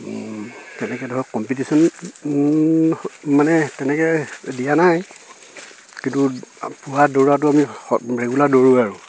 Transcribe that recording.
তেনেকে ধৰক কম্পিটিশন মানে তেনেকে দিয়া নাই কিন্তু পুৱা দৌৰাটো আমি ৰেগুলাৰ দৌৰোঁ আৰু